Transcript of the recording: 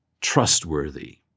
trustworthy